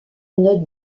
note